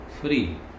free